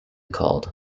called